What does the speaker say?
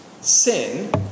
Sin